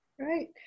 Right